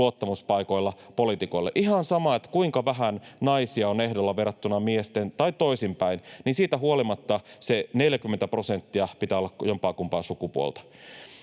luottamuspaikoilla poliitikoille. Ihan sama, kuinka vähän naisia on ehdolla verrattuna miehiin tai toisinpäin, niin siitä huolimatta se 40 prosenttia pitää olla jompaakumpaa sukupuolta.